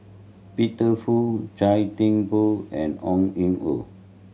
Peter Fu Chia Thye Poh and Ong An Ooi